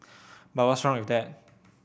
but what's wrong with that